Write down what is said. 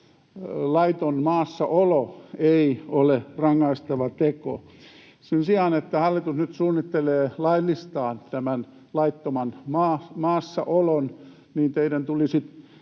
laiton maassaolo ei ole rangaistava teko. Sen sijaan, että hallitus nyt suunnittelee laillistaa tämän laittoman maassaolon, teidän tulisi